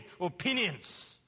opinions